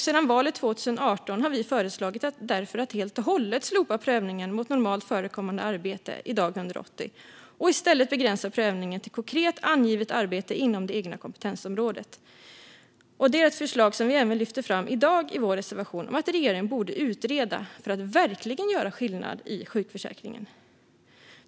Sedan valet 2018 har vi föreslagit att man helt och hållet ska slopa prövningen dag 180 mot normalt förekommande arbete. I stället bör man begränsa prövningen till konkret angivet arbete inom det egna kompetensområdet. Det här är ett förslag som vi även i dag lyfter fram i vår reservation. Regeringen borde utreda detta för att verkligen göra skillnad i sjukförsäkringen.